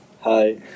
Hi